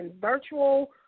virtual